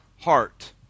heart